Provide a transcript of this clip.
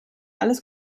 alles